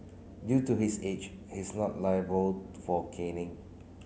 due to his age he is not liable for caning